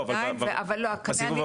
לא, אבל הסיבוב הבא?